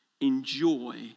enjoy